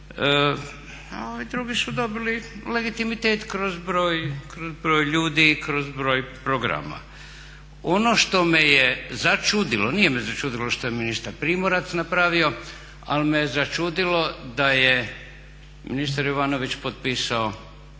a ovi drugi su dobili legitimitet kroz broj ljudi, kroz broj programa. Ono što me je začudilo, nije me začudilo što je ministar Primorac napravio, ali me začudilo da je ministar Jovanović potpisao